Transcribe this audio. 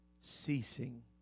ceasing